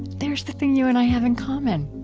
there's the thing you and i have in common